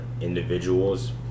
individuals